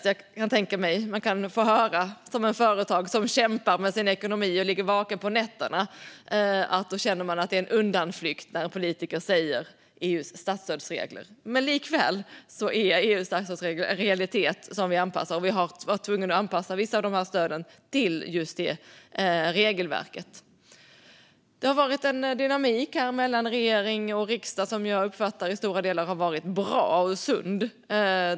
Jag kan tänka mig att det tråkigaste för en företagare som kämpar med ekonomin och ligger vaken på nätterna är att höra politiker ta upp EU:s statsstödsregler. Det låter som en undanflykt. Men likväl är EU:s statsstödsregler en realitet, och vi har varit tvungna att anpassa vissa av stöden till det regelverket. Det har varit en dynamik mellan regering och riksdag som jag uppfattar i stora delar har varit bra och sund.